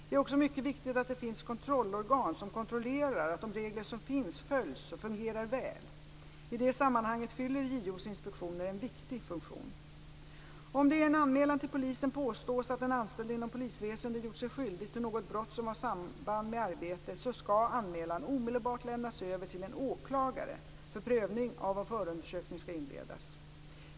Det är också mycket viktigt att det finns kontrollorgan som kontrollerar att de regler som finns följs och fungerar väl. I det sammanhanget fyller JO:s inspektioner en viktig funktion. Om det i en anmälan till polisen påstås att en anställd inom polisväsendet gjort sig skyldig till något brott som har samband med arbetet, skall anmälan omedelbart lämnas över till en åklagare för prövning av om förundersökning skall inledas.